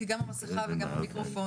קודם כל כמה נקודות קצרות.